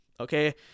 Okay